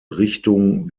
richtung